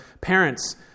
parents